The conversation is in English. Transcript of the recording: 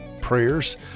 prayers